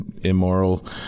immoral